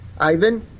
Ivan